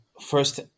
first